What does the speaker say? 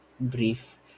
brief